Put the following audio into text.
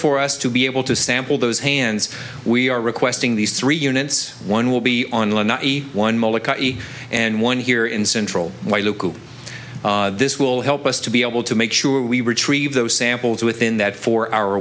for us to be able to sample those hands we are requesting these three units one will be on one molex and one here in central this will help us to be able to make sure we retrieve those samples within that four hour